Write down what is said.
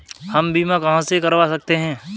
हम बीमा कहां से करवा सकते हैं?